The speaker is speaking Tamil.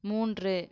மூன்று